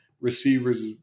receivers